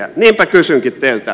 niinpä kysynkin teiltä